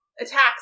attacks